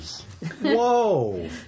Whoa